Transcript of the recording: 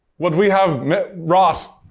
what we have meh wrought.